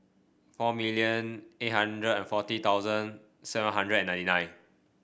four million eight hundred and forty thousand seven hundred and ninety nine